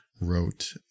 wrote